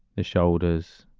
his shoulders.